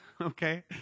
okay